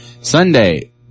Sunday